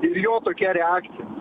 ir jo tokia reakcija